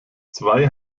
zwei